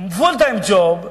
"פול טיים ג'וב",